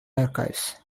archives